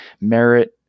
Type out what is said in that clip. merit